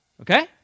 Okay